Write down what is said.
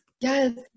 yes